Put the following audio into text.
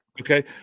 okay